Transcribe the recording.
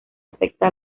afecta